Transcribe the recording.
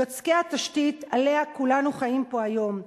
יוצקי התשתית שעליה כולנו חיים פה היום.